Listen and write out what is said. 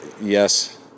Yes